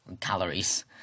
calories